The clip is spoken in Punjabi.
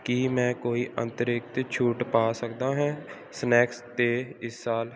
ਕੀ ਮੈਂ ਕੋਈ ਅੰਤਰਿਕਤ ਛੂਟ ਪਾ ਸਕਦਾ ਹੈ ਸਨੈਕਸ 'ਤੇ ਇਸ ਸਾਲ